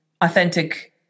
authentic